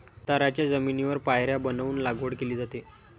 उताराच्या जमिनीवर पायऱ्या बनवून लागवड केली जाते